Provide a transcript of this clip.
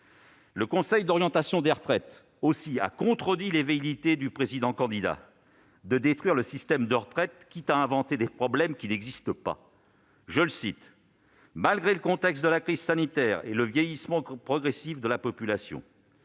Le Conseil d'orientation des retraites, le COR, a lui aussi contredit les velléités du président-candidat de détruire le système de retraite, quitte à inventer des problèmes qui n'existent pas. Ainsi, d'après le COR, « malgré le contexte de la crise sanitaire et le vieillissement progressif de la population